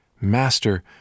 Master